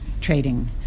trading